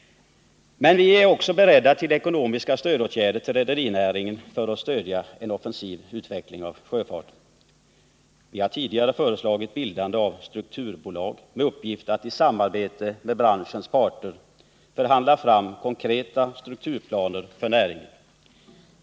Men vi är också beredda att vidta ekonomiska stödåtgärder till förmån för rederinäringen för att på det sättet stödja en offensiv utveckling av sjöfarten. Vi har tidigare föreslagit att ett strukturbolag skulle bildas med uppgift att i samarbete med branschens parter förhandla fram konkreta strukturplaner för näringen.